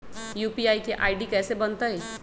UPI के ID कैसे बनतई?